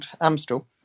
Amstel